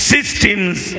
Systems